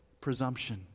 presumption